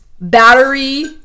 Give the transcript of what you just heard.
Battery